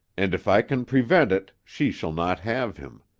and if i can prevent it, she shall not have him.